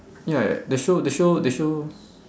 ya ya they show they show they show